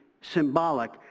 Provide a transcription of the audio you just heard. symbolic